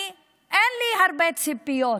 אין לי הרבה ציפיות,